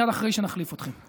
מייד אחרי שנחליף אתכם.